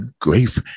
grief